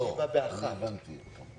אתמול, בניגוד לדעת חברים